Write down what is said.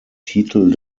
titel